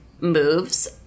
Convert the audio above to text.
moves